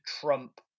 Trump